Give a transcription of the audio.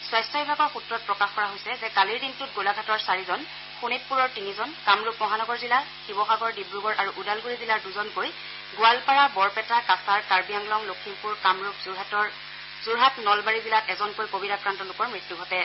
স্বাস্থ্য বিভাগৰ সূত্ৰত প্ৰকাশ কৰা হৈছে যে কালিৰ দিনটোত গোলাঘাটৰ চাৰিজন শোণিতপুৰৰ তিনিজন কামৰূপ মহানগৰ জিলাশিৱসাগৰ ডিব্ৰগড় আৰু ওদালগুৰি জিলাৰ দুজনকৈ গোৱালপাৰা বৰপেটা কাছাৰ কাৰ্বিআংলং লখিমপুৰ কামৰূপ যোৰহাটৰ নলবাৰী জিলাত এজনকৈ কভিড আক্ৰান্ত লোকৰ মৃত্যু ঘটে